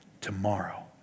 tomorrow